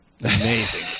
amazing